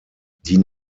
die